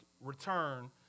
return